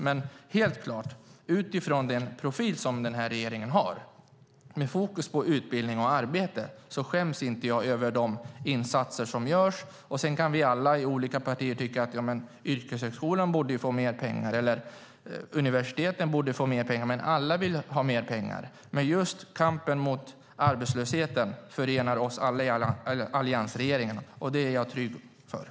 Men utifrån den profil som den här regeringen har, med fokus på utbildning och arbete, är det helt klart att jag inte skäms över de insatser som görs. Sedan kan vi alla i olika partier tycka att yrkeshögskolan borde få mer pengar eller att universiteten borde få mer pengar. Alla vill ha mer pengar. Men just kampen mot arbetslösheten förenar oss alla allianspartier. Det är jag trygg med.